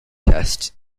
tests